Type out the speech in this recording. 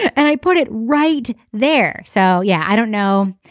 and i put it right there. so yeah i don't know.